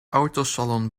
autosalon